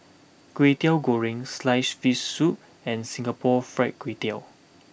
Kway Teow Goreng Sliced Fish Soup and Singapore Fried Kway Tiao